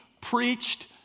preached